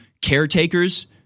caretakers